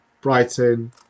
Brighton